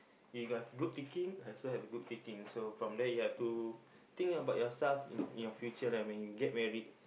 you got good thinking I also have good thinking so from there you have to think about yourself in in your future lah when you get married